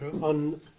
On